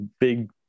big